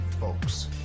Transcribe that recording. folks